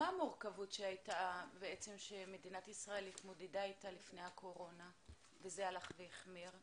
מה המורכבות שמדינת ישראל התמודדה איתה לפני הקורונה וזה הלך והחמיר?